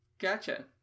gotcha